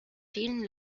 vielen